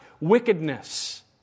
wickedness